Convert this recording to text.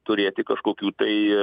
turėti kažkokių tai